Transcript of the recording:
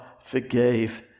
forgave